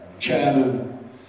Chairman